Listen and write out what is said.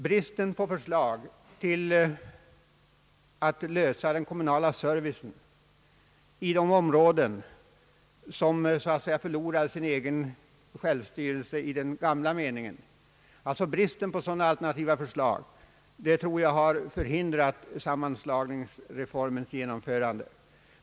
Bristen på alternativa förslag till att lösa den kommunala servicens problem i de områden som så att säga förlorar sin egen lokala självstyrelse har enligt min uppfattning förhindrat sammanslagningsreformens genomförande.